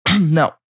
Now